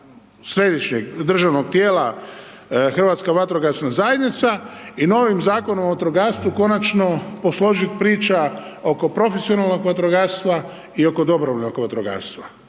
središnjeg državnog tijela Hrvatska vatrogasna zajednica i novim Zakonom o vatrogastvu, konačno posložiti priča oko profesionalnog vatrogastva i oko Dobrovoljnog vatrogastva,